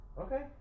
Okay